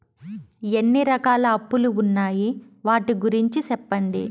ఎన్ని రకాల అప్పులు ఉన్నాయి? వాటి గురించి సెప్పండి?